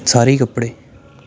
ਸਾਰੇ ਹੀ ਕੱਪੜੇ